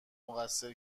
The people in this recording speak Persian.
مقصر